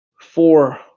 four